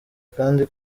kandi